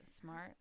Smart